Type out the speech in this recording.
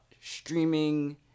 streaming